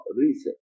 Reset